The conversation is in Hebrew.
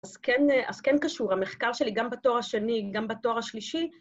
‫אז כן קשור, המחקר שלי ‫גם בתואר השני, גם בתואר השלישי.